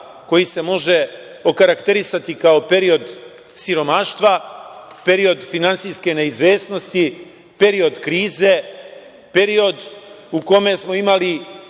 koji se može okarakterisati kao period siromaštva, period finansijske neizvesnosti, period krize, period u kome smo imali